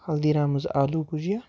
ہلدی رامٕز آلوٗ بُجھیا